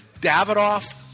Davidoff